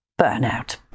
burnout